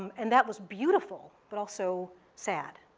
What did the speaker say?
um and that was beautiful, but also sad.